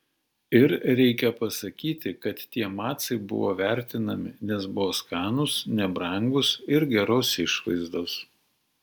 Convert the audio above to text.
ir reikia pasakyti kad tie macai buvo vertinami nes buvo skanūs nebrangūs ir geros išvaizdos